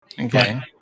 Okay